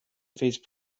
phase